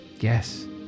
Yes